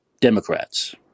Democrats